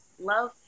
love